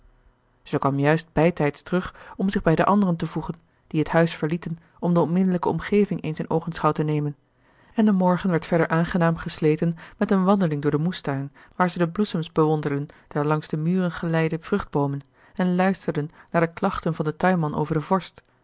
kwam juist bij tijds terug om zich bij de anderen te voegen die het huis verlieten om de onmiddellijke omgeving eens in oogenschouw te nemen en de morgen werd verder aangenaam gesleten met een wandeling door den moestuin waar zij de bloesems bewonderden der langs de muren geleide vruchtboomen en luisterden naar de klachten van den tuinman over de vorst